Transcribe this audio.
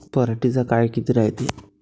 पराटीचा काळ किती रायते?